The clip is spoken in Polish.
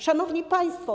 Szanowni Państwo!